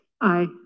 Aye